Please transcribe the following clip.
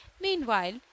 meanwhile